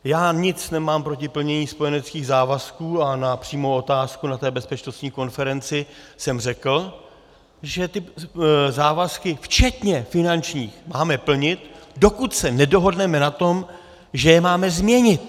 Já nic nemám proti plnění spojeneckých závazků a na přímou otázku na té bezpečnostní konferenci jsem řekl, že ty závazky, včetně finančních, máme plnit, dokud se nedohodneme na tom, že je máme změnit.